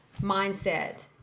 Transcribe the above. mindset